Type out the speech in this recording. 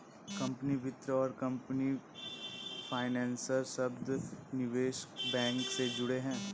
company वित्त और company financer शब्द निवेश बैंक से जुड़े हैं